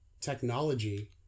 technology